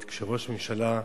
זה פשוט לא הוגן,